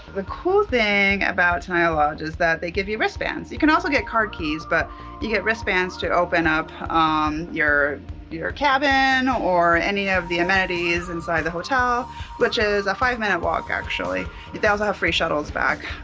the cool thing about tenaya lodge is that they give you wristbands. you can also get card keys but you get wristbands to open up um your your cabin or any of the amenities inside the hotel which is a five minute walk, actually. they also have free shuttles back.